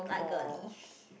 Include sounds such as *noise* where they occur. like girly *breath*